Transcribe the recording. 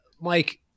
mike